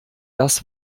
das